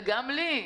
וגם לי,